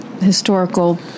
historical